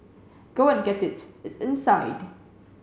go and get it it's inside